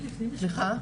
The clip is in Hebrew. סליחה.